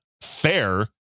fair